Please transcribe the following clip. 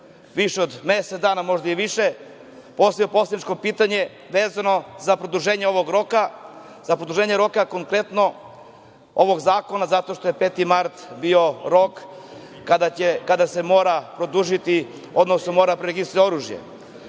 više od mesec dana, možda i više, postavio poslaničko pitanje vezano za produženje ovog roka, za produženje roka konkretno ovog zakona, zato što je 5. mart bio rok kada se mora produžiti, odnosno mora preregistrovati oružje. Ja